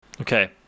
okay